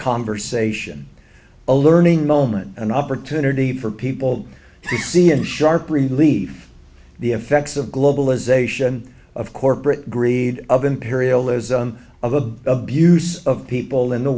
conversation a learning moment an opportunity for people to see in sharp relief the effects of globalization of corporate greed of imperialism of the abuse of people in the